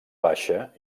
baixa